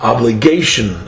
Obligation